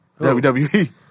WWE